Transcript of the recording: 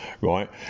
right